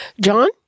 John